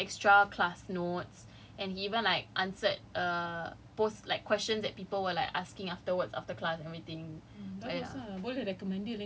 and then he was so nice he makes like uh extra class notes and he even like answered err post like questions that people were like asking afterwards after class everything